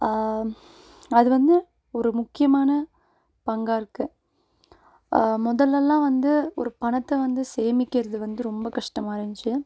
அது வந்து ஒரு முக்கியமான பங்காக இருக்குது முதல்ல எல்லாம் வந்து ஒரு பணத்தை வந்து சேமிக்கிறது வந்து ரொம்ப கஷ்டமாக இருந்துச்சு